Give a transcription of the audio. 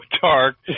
dark